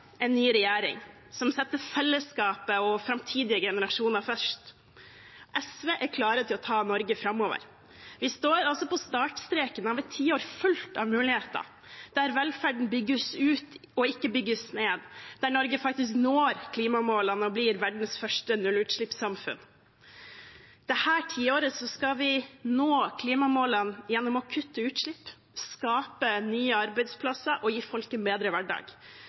en ny regjering, som setter fellesskapet og framtidige generasjoner først. SV er klare til å ta Norge framover. Vi står altså på startstreken til et tiår fullt av muligheter, der velferden bygges ut og ikke ned, der Norge faktisk når klimamålet om å bli verdens første nullutslippssamfunn. I dette tiåret skal vi nå klimamålene gjennom å kutte utslipp, skape nye arbeidsplasser og gi folk en bedre hverdag.